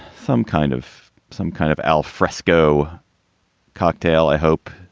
some kind of some kind of al fresco cocktail, i hope.